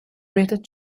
rated